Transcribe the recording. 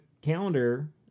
calendar